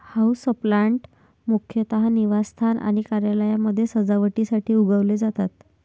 houseplant मुख्यतः निवासस्थान आणि कार्यालयांमध्ये सजावटीसाठी उगवले जाते